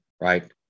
right